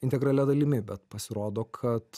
integralia dalimi bet pasirodo kad